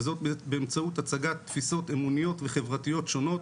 וזאת באמצעות הצגת תפיסות אמוניות וחברתיות שונות,